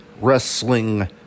wrestling